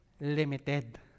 limited